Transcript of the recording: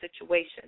situation